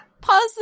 pause